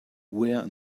were